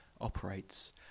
operates